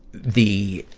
the